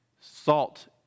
Salt